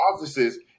offices